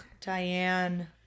Diane